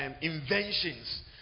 inventions